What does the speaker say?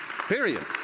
Period